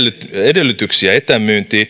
edellytyksiä etämyyntiin mutta on